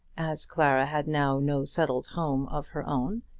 as clara had now no settled home of her own,